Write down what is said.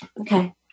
Okay